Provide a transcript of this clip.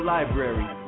Library